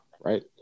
Right